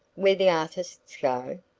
where the artists go?